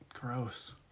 Gross